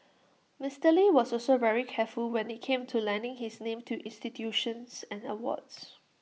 Mister lee was also very careful when IT came to lending his name to institutions and awards